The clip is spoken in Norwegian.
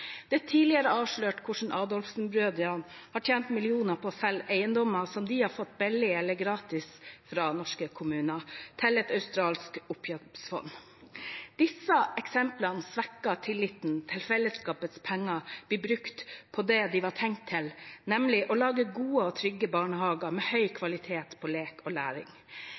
har tidligere blitt avslørt hvordan Adolfsen-brødrene har tjent millioner på å selge eiendommer som de har fått billig eller gratis fra norske kommuner, til et australsk oppkjøpsfond. Disse eksemplene svekker tilliten til at fellesskapets penger blir brukt til det de var tenkt til, nemlig å lage gode og trygge barnehager med høy kvalitet på lek og læring.